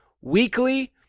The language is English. weekly